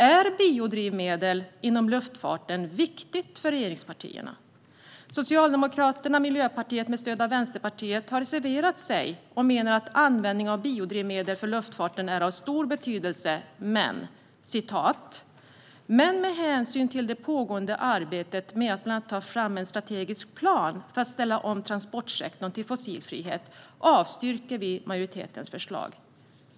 Är biodrivmedel inom luftfarten viktigt för regeringspartierna? Socialdemokraterna och Miljöpartiet, med stöd av Vänsterpartiet, har reserverat sig och menar att användning av biodrivmedel för luftfarten är av stor betydelse, men med hänsyn till det pågående arbetet med att bland annat ta fram en strategisk plan för att ställa om transportsektorn till fossilfrihet avstyrker man majoritetens förslag.